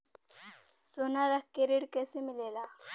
सोना रख के ऋण कैसे मिलेला?